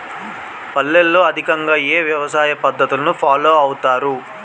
పల్లెల్లో అధికంగా ఏ వ్యవసాయ పద్ధతులను ఫాలో అవతారు?